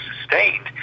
sustained